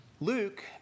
Luke